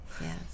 Yes